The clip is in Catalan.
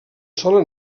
sola